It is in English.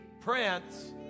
prince